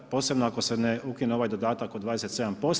Posebno ako se ne ukine ovaj dodatak od 27%